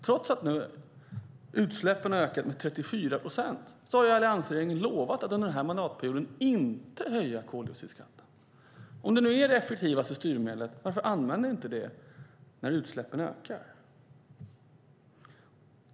Trots att utsläppen har ökat med 34 procent har alliansregeringen lovat att inte höja koldioxidskatten under den här mandatperioden. Om det nu är det effektivaste styrmedlet - varför använder ni då inte det när utsläppen ökar?